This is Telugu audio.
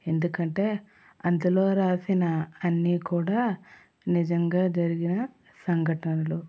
ఎందుకంటే అందులో రాసిన అన్నీ కూడా నిజంగా జరిగిన సంఘటనలు